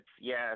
yes